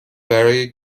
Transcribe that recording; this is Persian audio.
برای